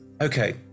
Okay